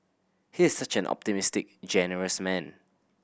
he is such an optimistic generous man